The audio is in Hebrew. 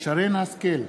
שרן השכל,